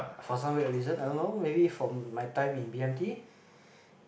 for some weird reason I don't know maybe from my time in b_m_t